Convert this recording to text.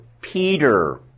Peter